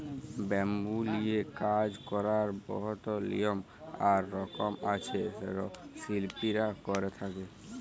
bamboo লিয়ে কাজ ক্যরার বহুত লিয়ম আর রকম আছে যেট শিল্পীরা ক্যরে থ্যকে